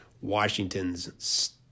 Washington's